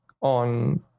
on